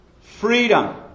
Freedom